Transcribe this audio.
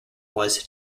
was